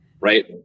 right